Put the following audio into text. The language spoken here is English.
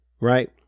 Right